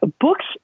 books